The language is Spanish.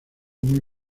muy